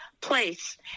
place